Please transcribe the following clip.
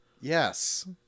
Yes